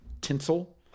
tinsel